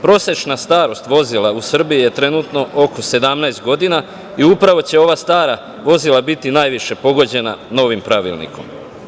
Prosečna starost vozila u Srbiji je trenutno oko 17 godina i upravo će ova stara vozila biti najviše pogođena novim Pravilnikom.